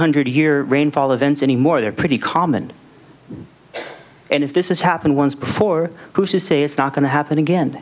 hundred year rainfall events anymore they're pretty common and if this is happened once before who's to say it's not going to happen again